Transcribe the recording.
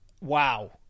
wow